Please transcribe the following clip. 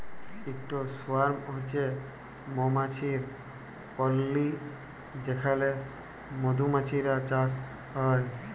ইকট সোয়ার্ম হছে মমাছির কললি যেখালে মধুমাছির চাষ হ্যয়